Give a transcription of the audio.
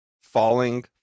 Falling